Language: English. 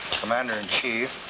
Commander-in-Chief